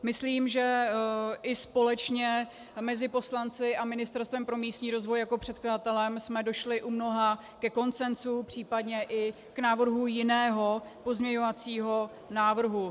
Myslím, že i společně mezi poslanci a Ministerstvem pro místní rozvoj jako předkladatelem jsme došli u mnoha ke konsenzu, případně i k návrhu jiného pozměňovacího návrhu.